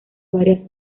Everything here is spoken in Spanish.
varias